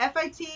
FIT